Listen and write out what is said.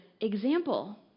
example